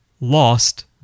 Lost